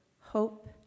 hope